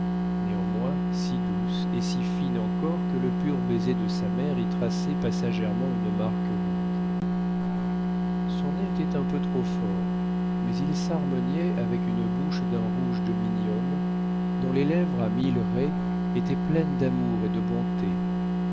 néanmoins si douce et si fine encore que le pur baiser de sa mère y traçait passagèrement une marque rouge son nez était un peu trop fort mais il s'harmoniait avec une bouche d'un rouge de minium dont les lèvres à mille raies étaient pleines d'amour et de bonté